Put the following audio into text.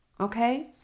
okay